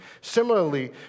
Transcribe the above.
Similarly